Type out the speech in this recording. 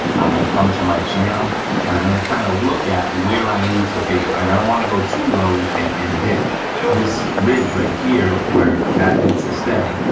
i'm gonna come to my channel and i'm gonna kinda look at where i need to be, right? i don't wanna go to low and and and hit this ridge, right here where that needs to stay.